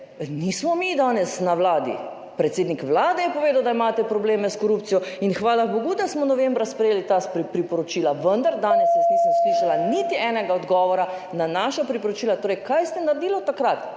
nismo mi danes na Vladi. Predsednik Vlade je povedal, da imate probleme s korupcijo in hvala bogu, da smo novembra sprejeli ta priporočila. Vendar danes jaz nisem slišala niti enega odgovora na naša priporočila. Torej, kaj ste naredili takrat,